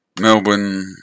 Melbourne